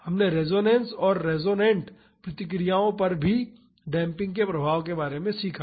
हमने रेजोनेंस और रेसोनेन्ट प्रतिक्रियाओं पर डेम्पिंग के प्रभाव के बारे में सीखा